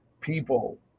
people